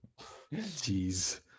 Jeez